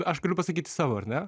aš galiu pasakyti savo ar ne